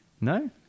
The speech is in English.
No